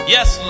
Yes